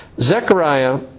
Zechariah